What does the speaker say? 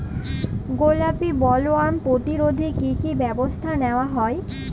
গোলাপী বোলওয়ার্ম প্রতিরোধে কী কী ব্যবস্থা নেওয়া হয়?